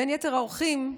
בין יתר האורחים,